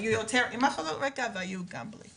היו יותר עם מחלות רקע והיו גם ללא.